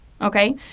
okay